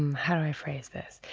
um how do i phrase this?